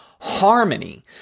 harmony